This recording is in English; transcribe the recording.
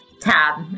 tab